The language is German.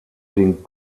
den